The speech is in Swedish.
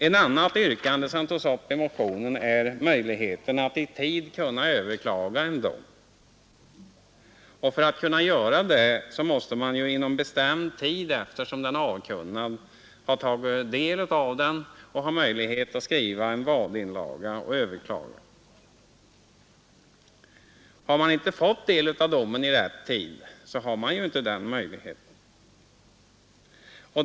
Ett annat yrkande som tas upp i motionen är möjligheten att i tid kunna överklaga en dom. För att kunna göra det måste man inom bestämd tid efter det att domen är avkunnad ha tagit del av den och ha möjlighet att skriva en vadeinlaga och överklaga. Har man inte fått del av domen i rätt tid saknar man ju denna möjlighet.